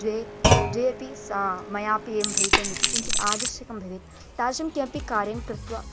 द्वे द्वे अपि सा मयापि एवं भवितम् इति किञ्चित् आदर्शकं भवेत् तादृशं किमपि कार्यं कृत्वा